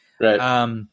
Right